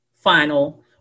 Final